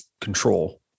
control